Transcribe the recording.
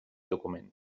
document